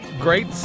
great